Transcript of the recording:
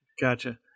Gotcha